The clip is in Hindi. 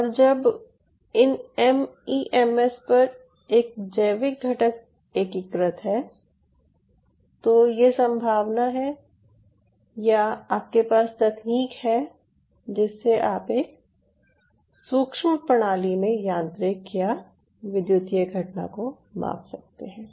और जब इन एमईएमएस पर एक जैविक घटक एकीकृत है तो ये संभावना है या आपके पास तकनीक है जिससे आप एक सूक्ष्म प्रणाली में यांत्रिक या विद्युतीय घटना को माप सकते है